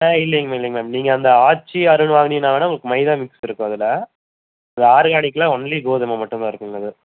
ஆ இல்லைங்க மேம் இல்லைங்க மேம் நீங்கள் அந்த ஆச்சி அருண் வாங்குனீங்கன்னா கூட உங்களுக்கு மைதா மிக்ஸ் இருக்கும் அதில் இந்த ஆர்கானிக்கில் ஒன்லி கோதுமை மட்டும் தான் இருக்குங்க அது